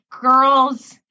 girls